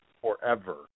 forever